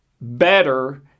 better